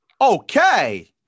Okay